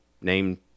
named